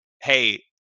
hey